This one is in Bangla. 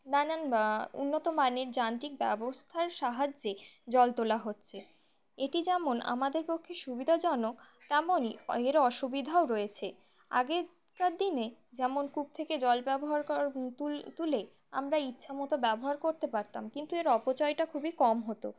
নানান বা উন্নত মানের যান্ত্রিক ব্যবস্থার সাহায্যে জল তোলা হচ্ছে এটি যেমন আমাদের পক্ষে সুবিধাজনক তেমনই এর অসুবিধাও রয়েছে আগেকার দিনে যেমন কূপ থেকে জল ব্যবহার তুলে আমরা ইচ্ছ মতো ব্যবহার করতে পারতাম কিন্তু এর অপচয়টা খুবই কম হতো